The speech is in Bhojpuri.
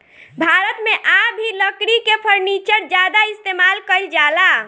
भारत मे आ भी लकड़ी के फर्नीचर ज्यादा इस्तेमाल कईल जाला